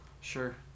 Sure